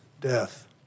death